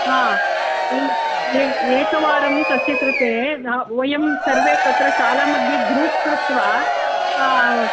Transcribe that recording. हा ये एकवारं तस्य कृते वयं सर्वे तत्र शालामध्ये ग्रूप् कृत्वा